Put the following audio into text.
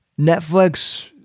Netflix